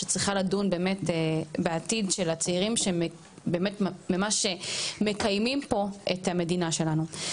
שצריכה לדון בעתיד של הצעירים שבאמת מקיימים ממש את המדינה שלנו כאן.